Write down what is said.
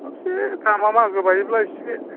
अबसे दामा मागो बायोब्ला एसे